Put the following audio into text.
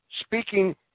speaking